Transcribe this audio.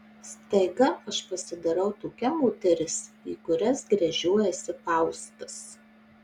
staiga aš pasidarau tokia moteris į kurias gręžiojasi faustas